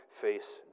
face